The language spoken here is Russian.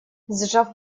сжав